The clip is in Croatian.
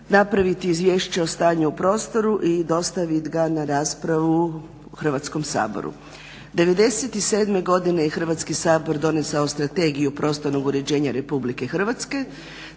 napraviti Izvješće o stanju u prostoru i dostavit ga na raspravu Hrvatskom saboru. 97. godine je Hrvatski sabor donesao Strategiju prostornog uređenja RH.